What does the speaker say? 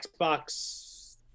Xbox